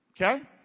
Okay